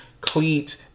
cleats